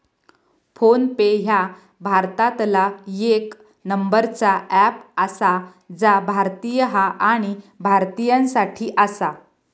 phone पे ह्या भारतातला येक नंबरचा अँप आसा जा भारतीय हा आणि भारतीयांसाठी आसा